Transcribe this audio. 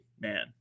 man